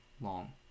long